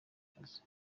ry’akazi